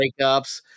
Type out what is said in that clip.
breakups